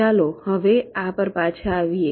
ચાલો હવે આ પર પાછા આવીએ